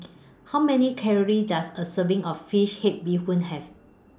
How Many Calories Does A Serving of Fish Head Bee Hoon Have